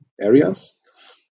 areas